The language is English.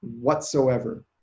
whatsoever